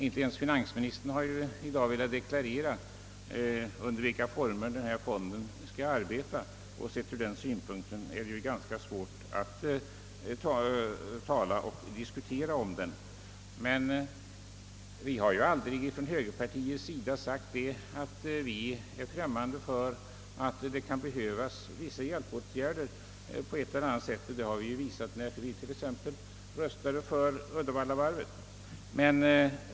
Inte ens finansministern har i dag velat deklarera under vilka former denna fond skall arbeta, och därför är det ganska svårt att diskutera den. Vi har från högerpartiets sida aldrig sagt att vi står främmande för tanken att vissa hjälpåtgärder av ett eller annat slag kan behövas. Det har vi visat t.ex. då vi röstade för Uddevallavarvet.